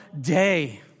day